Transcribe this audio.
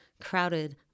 crowded